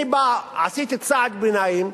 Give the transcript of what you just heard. אני עשיתי צעד ביניים,